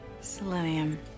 Selenium